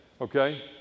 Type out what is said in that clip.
okay